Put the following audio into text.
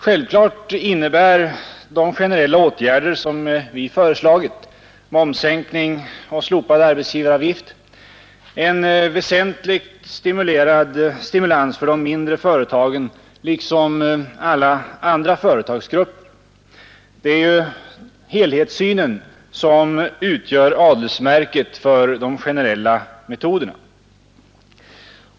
Självklart innebär de generella åtgärder som vi föreslagit — momssänkning och slopad arbetsgivaravgift — en väsentlig stimulans för de mindre företagen liksom för alla andra företagsgrupper; det är ju helhetssynen som utgör adelsmärket för de generella metoderna.